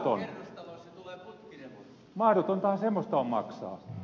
mahdotontahan semmoista on maksaa